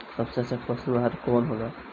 सबसे अच्छा पशु आहार कवन हो ला?